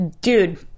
dude